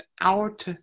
out